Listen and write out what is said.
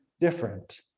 different